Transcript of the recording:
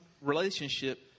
relationship